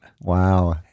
Wow